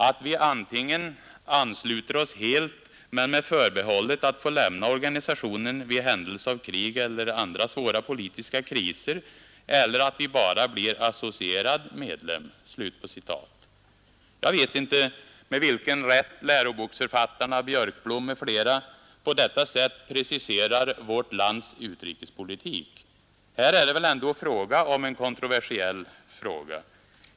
att vi antingen ansluter oss helt men med förbehållet att få lämna organisationen vid händelse av krig eller andra svära politiska kriser. eller att vi bara blir associerad medlem.” Jag vet inte med vilken rätt läroboksförfattarna Björkblom m.fl. på detta sätt preciserar vårt lands utrikespolitik. Här är det väl ändå en kontroversiell fråga.